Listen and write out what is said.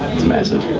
massive.